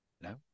No